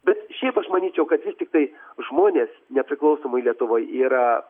bet šiaip aš manyčiau kad vis tiktai žmonės nepriklausomoj lietuvoj yra